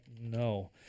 No